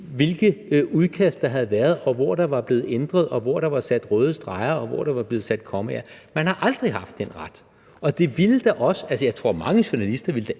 hvilke udkast der havde været – hvor der var blevet ændret, hvor der var sat røde streger, og hvor der var blevet sat kommaer. Man har aldrig haft den ret, men jeg tror da, at mange journalister ville